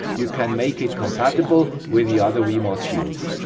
you can make it compatible with the other wemos shields.